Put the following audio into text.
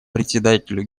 председателю